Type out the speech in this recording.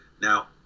Now